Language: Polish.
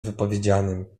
wypowiedzianym